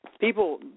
People